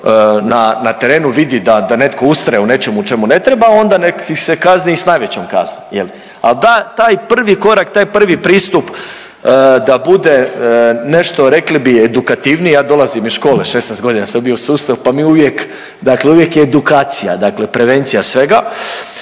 na terenu vidi da netko ustraje u nečemu u čemu ne treba, onda nek ih se kazni i s najvećom kaznom, je li. Ali da taj prvi korak, taj prvi pristup da bude nešto, rekli bi, edukativnije, ja dolazim iz škole, 16 godina sam bio u sustavu pa mi uvijek, dakle uvijek je edukacija, dakle prevencija svega.